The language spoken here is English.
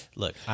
Look